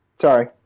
Sorry